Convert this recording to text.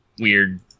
weird